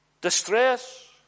Distress